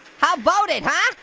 how boat it, ah